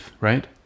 right